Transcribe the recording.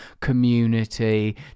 community